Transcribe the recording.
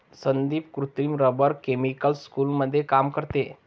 संदीप कृत्रिम rubber chemical स्कूलमध्ये काम करते